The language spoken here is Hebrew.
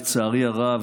לצערי הרב,